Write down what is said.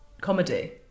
comedy